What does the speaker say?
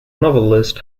novelist